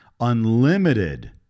unlimited